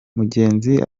mugenzi